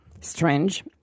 strange